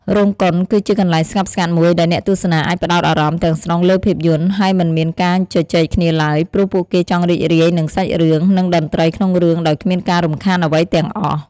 រោងកុនគឺជាកន្លែងស្ងប់ស្ងាត់មួយ ដែលអ្នកទស្សនាអាចផ្ដោតអារម្មណ៍ទាំងស្រុងលើភាពយន្ត ហើយមិនមានការជជែកគ្នាឡើយ ព្រោះពួកគេចង់រីករាយនឹងសាច់រឿង និងតន្ត្រីក្នុងរឿងដោយគ្មានការរំខានអ្វីទាំងអស់។